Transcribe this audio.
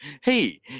Hey